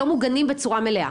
לא מוגנים בצורה מלאה.